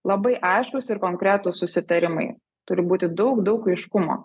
labai aiškūs ir konkretūs susitarimai turi būti daug daug aiškumo